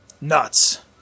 nuts